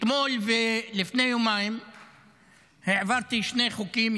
אתמול ולפני יומיים העברתי שני חוקים,